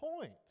point